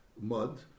mud